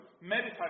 meditate